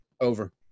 Over